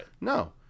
No